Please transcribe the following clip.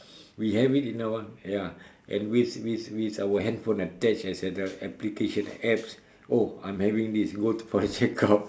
we have in our ya and with with with our handphone attached as an application apps oh I'm having this go for a checkup